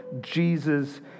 Jesus